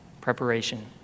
Preparation